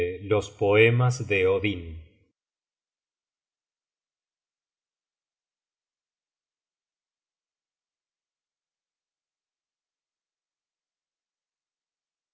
los poemas de